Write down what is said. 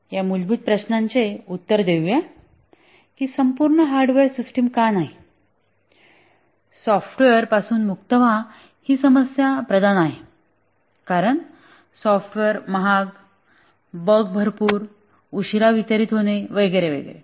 या मूलभूत प्रश्नाचे उत्तर देऊ या की संपूर्ण हार्डवेअर सिस्टम का नाही सॉफ्टवेअरपासून मुक्त व्हा ही समस्याप्रधान आहे कारण सॉफ्टवेअर महाग बग भरपूर उशीरा वितरित होणे वगैरे वगैरे